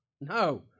No